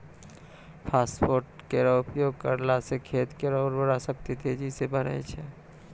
phosphate केरो उपयोग करला सें खेत केरो उर्वरा शक्ति तेजी सें बढ़ै छै